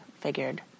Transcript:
figured